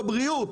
אופיר, בבקשה.